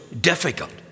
difficult